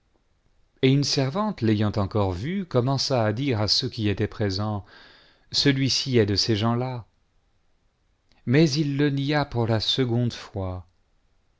et une servante l'ayant encore vu commença à dire à ceux qui étaient présents celui-ci est de ces gens-là mais il le nia pour la seconde fois